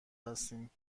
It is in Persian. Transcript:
هستیم